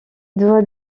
doit